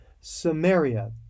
Samaria